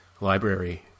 library